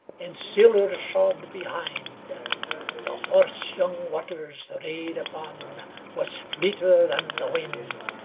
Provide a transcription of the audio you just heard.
and siller shod behind the horse young waters rade upon was fleeter than the wind.